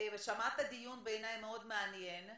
שמעת את הדיון, בעיני מאוד מעניין.